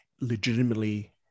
legitimately